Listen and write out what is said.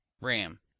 RAM